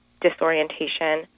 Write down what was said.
disorientation